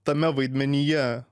tame vaidmenyje